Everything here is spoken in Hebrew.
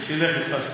זה בשבילך, יפעת.